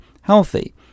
healthy